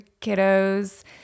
kiddos